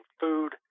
food